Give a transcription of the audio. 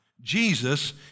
Jesus